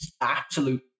absolute